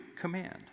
command